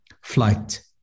flight